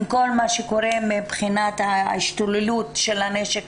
עם כל מה שקורה מבחינת ההשתוללות של הנשק